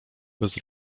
bez